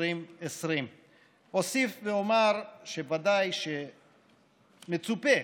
2020. אוסיף ואומר שוודאי שמצופה,